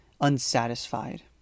unsatisfied